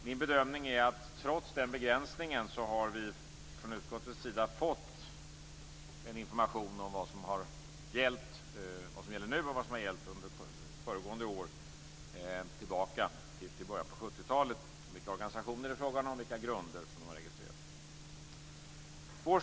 Min bedömning är att vi i utskottet, trots den begränsningen, har fått information om vad som gäller nu och vad som gällt under föregående år - man får då gå tillbaka till början av 70-talet - samt om vilka organisationer det är fråga om och på vilka grunder de har registrerats.